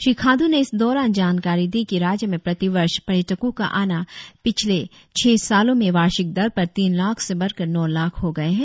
श्री खांडू ने इस दौरान जानकारी दी कि राज्य में प्रतिवर्ष पर्यटको का आना पिछले छह सालों वार्षिक दर पर तीन लाख से बढ़कर नौ लाख हो गए है